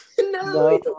No